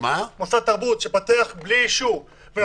מוסד תרבות שפותח בלי אישור.